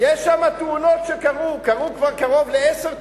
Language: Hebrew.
קרו שם תאונות, קרו כבר קרוב לעשר תאונות,